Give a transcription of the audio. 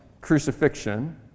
crucifixion